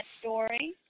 story